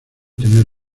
tener